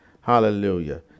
Hallelujah